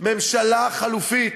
ממשלה חלופית,